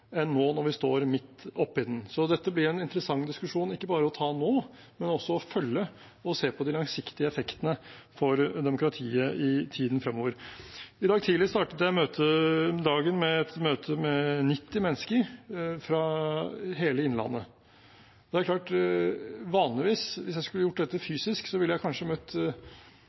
enn nå når vi står midt oppe i den. Så dette blir en interessant diskusjon ikke bare å ta nå, men også å følge og se på de langsiktige effektene for demokratiet i tiden fremover. I dag tidlig startet jeg møtedagen med et møte med 90 mennesker fra hele Innlandet. Vanligvis, hvis jeg skulle gjort dette fysisk, ville jeg kanskje møtt